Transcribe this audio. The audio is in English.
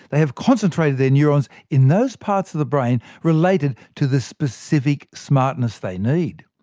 they have concentrated their neurons in those parts of the brain related to the specific smartness they need.